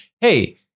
Hey